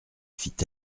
fit